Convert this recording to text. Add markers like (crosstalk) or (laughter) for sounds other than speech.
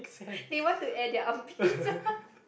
they want to air their armpits (laughs)